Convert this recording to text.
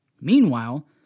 Meanwhile